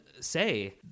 say